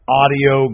audio